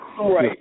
right